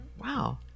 Wow